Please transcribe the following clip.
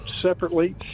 separately